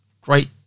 great